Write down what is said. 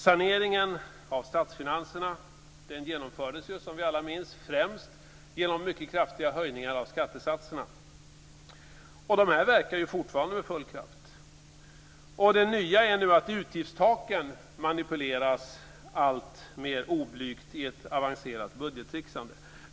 Saneringen av statsfinanserna genomfördes ju, som vi alla minns, främst genom mycket kraftiga höjningar av skattesatserna, och de verkar ju fortfarande med full kraft. Det nya är nu att utgiftstaken manipuleras alltmer oblygt i ett avancerat budgettricksande.